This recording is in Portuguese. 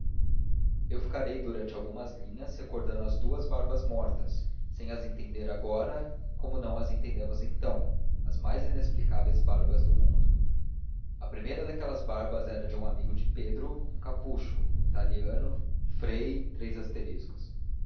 eu ficarei durante algumas linhas recordando as duas barbas mortas sem as entender agora como não as entendemos então as mais inexplicáveis barbas do mundo a primeira daquelas barbas era de um amigo de pedro um capucho um italiano frei